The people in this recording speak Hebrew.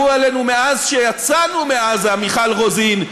אז לא ירו עלינו מאז שיצאנו מעזה, מיכל רוזין,